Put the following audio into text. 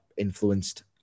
influenced